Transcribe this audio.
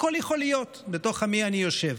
הכול יכול להיות, בתוך עמי אני יושב.